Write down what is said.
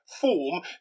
form